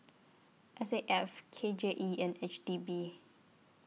S A F K J E and H D B